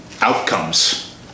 outcomes